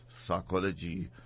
psychology